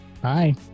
Bye